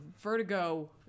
vertigo